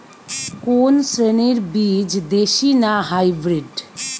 কোন শ্রেণীর বীজ দেশী না হাইব্রিড?